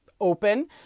open